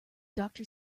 doctor